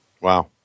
Wow